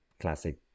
classic